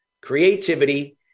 creativity